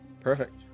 Perfect